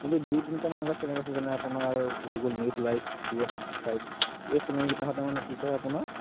কিন্তু দুই তিনিটামান এনেকুৱা চেনেল আছে যেনে আপোনাৰ হৈ গ'ল news live D Y three six five এই চেনেলকেইটাহঁতে মানে কি কৰে আপোনাৰ